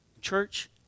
Church